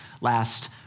last